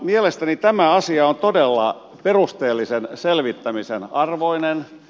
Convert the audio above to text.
mielestäni tämä asia on todella perusteellisen selvittämisen arvoinen